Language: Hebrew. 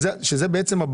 השנתיים האלה,